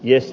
mies